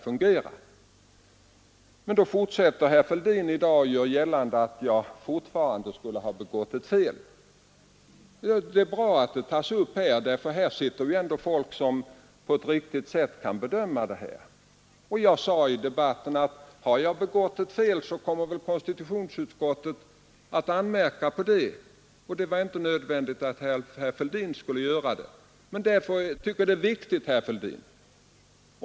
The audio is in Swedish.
Men i stället för att erkänna sitt misstag fortsätter herr Fälldin i dag att göra gällande att jag skulle ha begått ett fel. Det är bra att en sådan fråga tas upp här i riksdagen, för här sitter ändå människor som på ett riktigt sätt kan bedöma det hela. Jag sade i debatten: Om jag har begått ett fel kommer väl konstitutionsutskottet att påtala det. Men det var inte nödvändigt att herr Fälldin skulle göra det. Jag tycker på sitt sätt att det här är en viktig fråga.